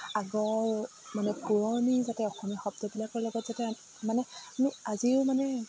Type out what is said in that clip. আগৰ মানে পুৰণি যাতে অসমীয়া শব্দবিলাকৰ লগত যাতে মানে আমি আজিও মানে